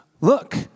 Look